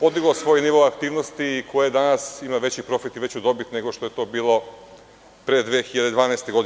podiglo svoj nivo aktivnosti i koje danas ima veći profit i veću dobit nego što je to bilo pre 2012. godine?